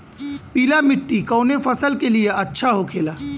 पीला मिट्टी कोने फसल के लिए अच्छा होखे ला?